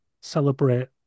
celebrate